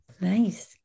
Nice